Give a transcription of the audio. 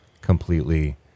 completely